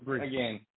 Again